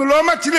אנחנו לא מצליחים.